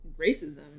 racism